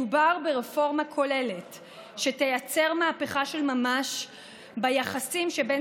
מדובר ברפורמה כוללת שתייצר מהפכה של ממש ביחסים שבין